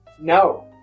No